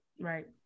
right